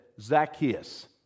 Zacchaeus